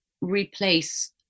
replace